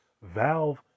Valve